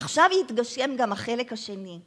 עכשיו יתגשם גם החלק השני.